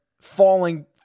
falling